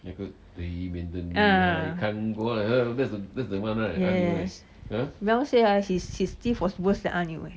ah yes mel say uh his teeth was worse than 阿牛 eh